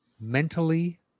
Mentally